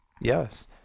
Yes